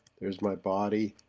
there's my body.